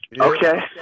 Okay